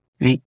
right